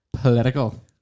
political